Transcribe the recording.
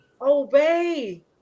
Obey